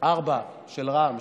ארבעה של רע"מ,